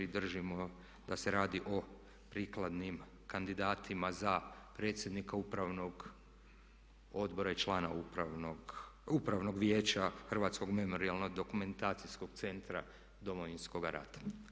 I držimo da se radi o prikladnim kandidatima za predsjednika upravnog odbora i člana Upravnog vijeća Hrvatskog memorijalno-dokumentacijskog centra Domovinskog rata.